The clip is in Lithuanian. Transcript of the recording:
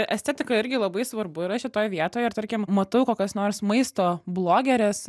estetika irgi labai svarbu yra šitoj vietoj ir tarkim matau kokios nors maisto blogeres